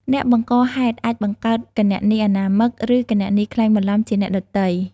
អ្នកបង្កហេតុអាចបង្កើតគណនីអនាមិក ឬគណនីក្លែងបន្លំជាអ្នកដទៃ។